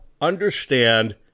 understand